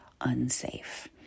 unsafe